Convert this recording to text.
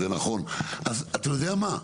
אתה יודע מה,